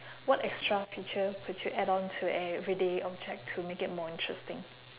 what extra feature would you add on to everyday object to make it more interesting